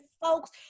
folks